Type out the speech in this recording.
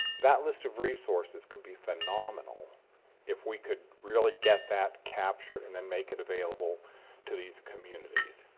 that list of resources can be phenomenal if we could really get that capture and then make it available to these communities.